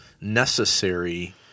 necessary